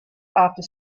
after